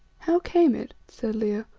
how came it, said leo,